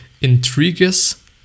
intrigues